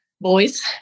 boys